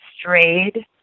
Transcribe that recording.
strayed